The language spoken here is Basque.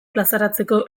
plazaratzeko